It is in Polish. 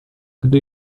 gdy